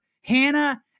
Hannah